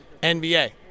NBA